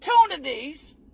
opportunities